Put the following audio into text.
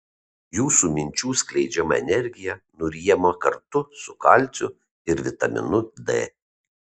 jūsų minčių skleidžiama energija nuryjama kartu su kalciu ir vitaminu d